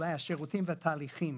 אולי, השירותים והתהליכים.